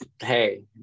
Hey